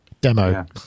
Demo